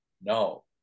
No